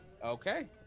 Okay